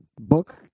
book